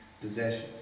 possessions